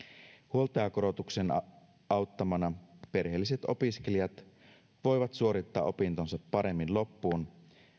huoltajakorotuksen auttamana perheelliset opiskelijat voivat suorittaa opintonsa paremmin loppuun